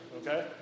Okay